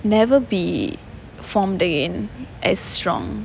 never be formed again as strong